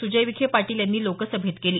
सूजय विखे पाटील यांची लोकसभेत केली